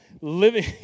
living